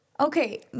Okay